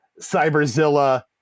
Cyberzilla